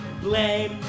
blame